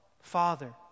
Father